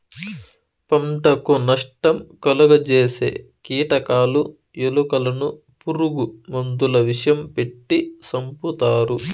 పంటకు నష్టం కలుగ జేసే కీటకాలు, ఎలుకలను పురుగు మందుల విషం పెట్టి సంపుతారు